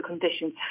conditions